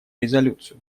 резолюцию